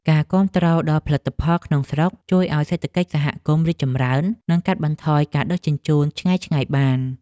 ការគាំទ្រដល់ផលិតផលក្នុងស្រុកជួយឱ្យសេដ្ឋកិច្ចសហគមន៍រីកចម្រើន និងកាត់បន្ថយការដឹកជញ្ជូនឆ្ងាយៗបាន។